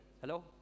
Hello